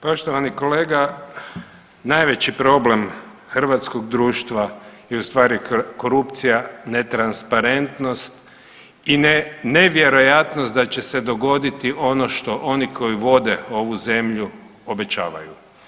Poštovani kolega, najveći problem hrvatskog društva je u stvari korupcija, netransparentnost i ne, nevjerojatnost da će se dogoditi ono što oni koji vode ovu zemlju obećavaju.